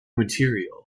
material